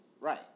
Right